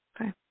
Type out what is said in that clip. Okay